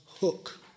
hook